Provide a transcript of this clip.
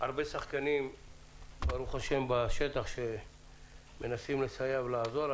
הרבה שחקנים ברוך השם בשטח שמנסים לסייע ולעזור.